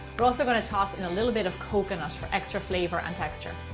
we're also going to toss in a little bit of coconut for extra flavor and texture.